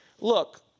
Look